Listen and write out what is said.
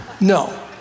No